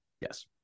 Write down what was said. Yes